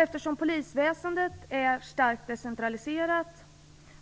Eftersom polisväsendet är starkt decentraliserat